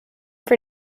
for